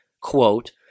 quote